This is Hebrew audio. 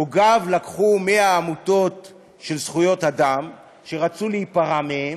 הוגיו לקחו 100 עמותות של זכויות אדם שרצו להיפרע מהן,